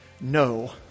no